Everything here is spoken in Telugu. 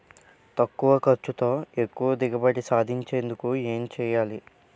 తక్కువ ఖర్చుతో ఎక్కువ దిగుబడి సాధించేందుకు ఏంటి చేయాలి?